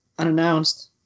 Unannounced